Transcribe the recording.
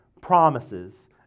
promises